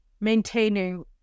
maintaining